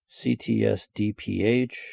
CTSDPH